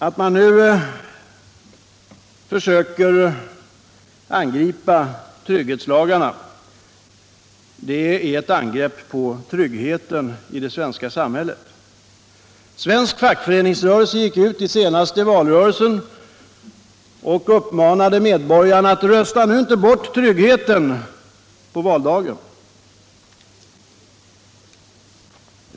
Att man nu försöker angripa trygghetslagarna innebär ett angrepp på tryggheten i det svenska samhället. Svensk fackföreningsrörelse gick ut i den senaste valrörelsen och uppmanade medborgarna: Rösta nu inte bort tryggheten på valdagen!